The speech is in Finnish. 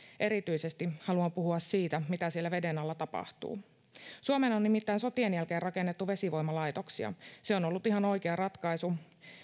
erityisesti haluan puhua siitä mitä siellä veden alla tapahtuu suomeen on nimittäin sotien jälkeen rakennettu vesivoimalaitoksia se on on ollut ihan oikea ratkaisu